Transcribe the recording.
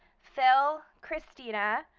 cel, christina,